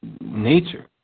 nature